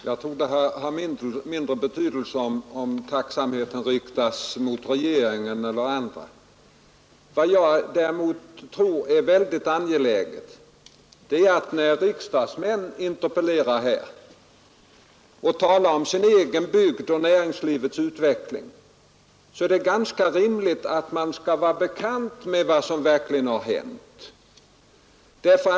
Herr talman! Jag tror det har mindre betydelse om tacksamheten riktas till regeringen och myndigheter. Vad jag däremot tror är mycket angeläget är att riksdagsmän som interpellerar och talar om sin egen bygd och näringslivets utveckling är bekanta med vad som verkligen händer där.